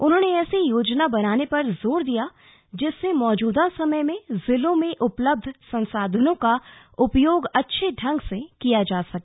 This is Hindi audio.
उन्होंने ऐसी योजना बनाने पर जोर दिया जिससे मौजूद समय में जिलों में उपलब्ध संसाधनों का उपयोग अच्छे ढंग से किया जा सके